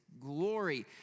glory